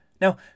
Now